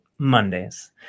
Mondays